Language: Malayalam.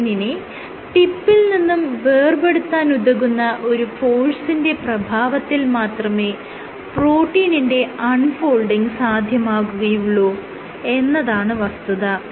പ്രോട്ടീനിനെ ടിപ്പിൽ നിന്നും വേർപെടുത്താനുതകുന്ന ഒരു ഫോഴ്സിന്റെ പ്രഭാവത്തിൽ മാത്രമേ പ്രോട്ടീനിന്റെ അൺ ഫോൾഡിങ് സാധ്യമാകുകയുള്ളൂ എന്നതാണ് വസ്തുത